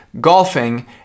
golfing